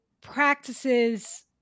practices